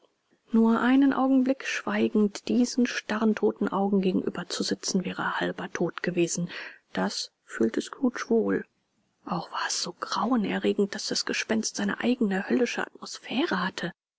nur einen augenblick schweigend diesen starren toten augen gegenüber zu sitzen wäre halber tod gewesen das fühlte scrooge wohl auch war es so grauenerregend daß das gespenst seine eigene höllische atmosphäre hatte